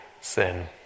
sin